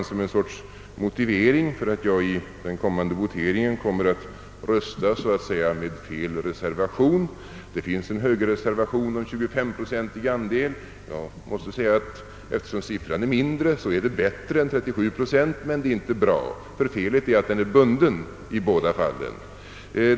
Jag har velat anföra detta som motiv för att jag i den stundande voteringen kommer att rösta för fel reservation så att säga. Det finns en högerreservation om en 25-procentig andel, och eftersom den siffran är mindre än 37 procent är reservationen bättre. Men den är inte bra. Felet är att procentsatsen i båda fallen är bunden.